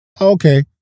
okay